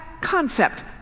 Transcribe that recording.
concept